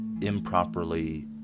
improperly